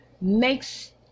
makes